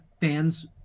fans